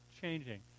changing